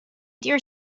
dear